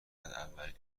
اولین